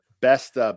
Best